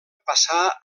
passà